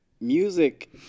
music